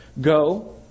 Go